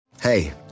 Hey